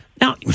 Now